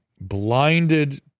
blinded